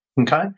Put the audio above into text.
Okay